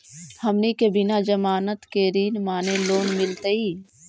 हमनी के बिना जमानत के ऋण माने लोन मिलतई?